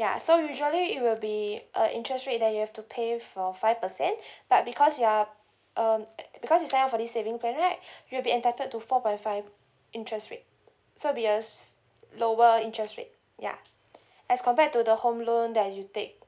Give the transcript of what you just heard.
ya so usually it will be a interest rate that you have to pay for five percent but because you are um because you sign up for this saving plan right you'll be entitled to four point five interest rate so it will be a s~ lower interest rate ya as compared to the home loan that you take